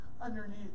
underneath